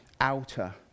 outer